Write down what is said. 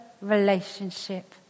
relationship